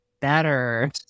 better